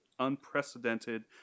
Unprecedented